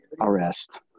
arrest